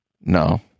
No